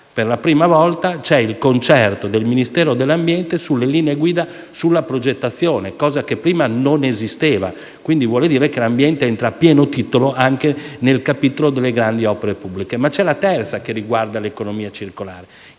Per la prima volta c'è il concerto del Ministero dell'ambiente sulle linee guida sulla progettazione, cosa che prima non esisteva, il che vuol dire che l'ambiente entra a pieno titolo anche nel capitolo delle grandi opere pubbliche. C'è poi una terza questione che riguarda l'economia circolare,